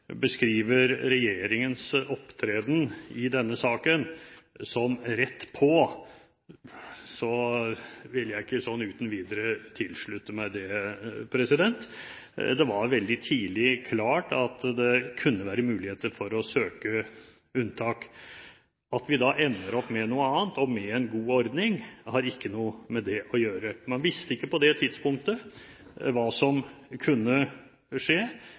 beskriver regjeringens opptreden i denne saken som «rett på», vil jeg ikke uten videre slutte meg til det. Det var veldig tidlig klart at det kunne være muligheter for å søke unntak. At vi ender opp med noe annet, og med en god ordning, har ikke noe med det å gjøre. Man visste ikke på det tidspunktet hva som kunne skje.